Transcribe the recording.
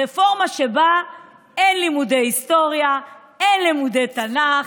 רפורמה שבה אין לימודי היסטוריה, אין לימודי תנ"ך,